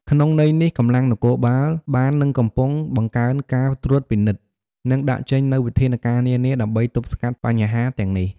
ក្នុងន័យនេះ កម្លាំងនគរបាលបាននិងកំពុងបង្កើនការត្រួតពិនិត្យ និងដាក់ចេញនូវវិធានការនានាដើម្បីទប់ស្កាត់បញ្ហាទាំងនេះ។